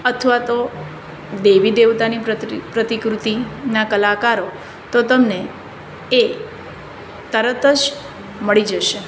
અથવા તો દેવી દેવતાની પ્રતિકૃ પ્રતિકૃતિના કલાકારો તો તમને એ તરત જ મળી જશે